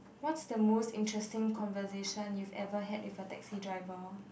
what's the most interesting conversation you ever had with a taxi driver